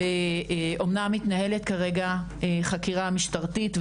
מתנהלת כרגע חקירה משטרתית,